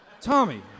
Tommy